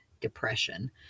depression